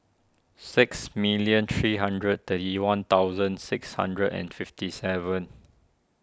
six million three hundred thirty one thousand six hundred and fifty seven